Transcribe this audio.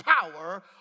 power